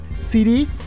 CD